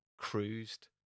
cruised